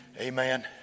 Amen